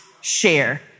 share